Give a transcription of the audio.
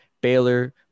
Baylor